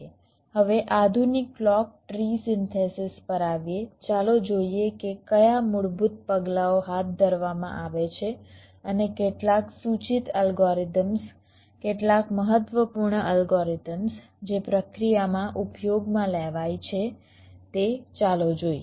હવે આધુનિક clock tree synthesis પર આવીએ ચાલો જોઈએ કે કયા મૂળભૂત પગલાંઓ હાથ ધરવામાં આવે છે અને કેટલાક સૂચિત અલ્ગોરિધમ્સ કેટલાક મહત્વપૂર્ણ અલ્ગોરિધમ્સ જે પ્રક્રિયામાં ઉપયોગમાં લેવાય છે તે ચાલો જોઈએ